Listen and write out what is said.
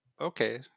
okay